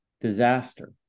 disaster